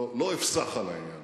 לא אפסח על העניין,